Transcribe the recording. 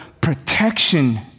protection